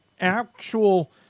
actual